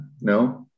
no